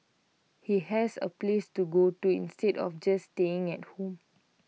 he has A place to go to instead of just staying at home